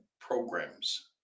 programs